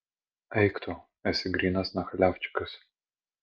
eik tu esi grynas nachaliavčikas